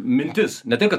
mintis ne taip kad